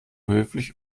höflich